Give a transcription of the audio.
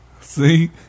See